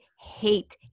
hate